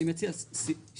אני מציע שעניינם,